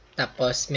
tapos